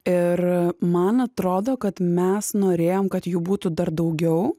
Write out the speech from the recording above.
ir man atrodo kad mes norėjom kad jų būtų dar daugiau